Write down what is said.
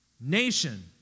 nation